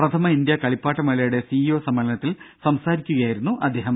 പ്രഥമ ഇന്ത്യാ കളിപ്പാട്ട മേളയുടെ സി ഇ ഒ സമ്മേളനത്തിൽ സംസാരിക്കുകയായിരുന്നു അദ്ദേഹം